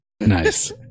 Nice